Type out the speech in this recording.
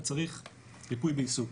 הוא צריך פיזיותרפיה, והוא צריך ריפוי בעיסוק.